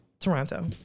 Toronto